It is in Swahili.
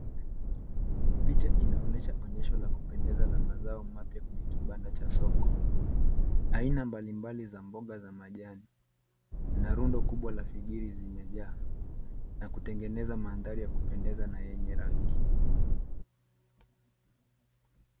Picha inaonyesha onyesho la kupendeza la mazao mapya kwenye kibanda cha soko. Aina mbalimbali za mboga za majani na rundo kubwa la figiri zimejaa na kutengeneza mandhari ya kupendeza na yenye rangi.